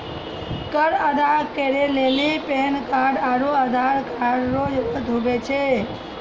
कर अदा करै लेली पैन कार्ड आरू आधार कार्ड रो जरूत हुवै छै